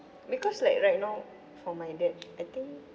because like right now for my dad I think